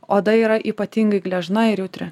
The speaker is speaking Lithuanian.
oda yra ypatingai gležna ir jautri